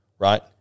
right